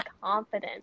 confident